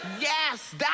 Yes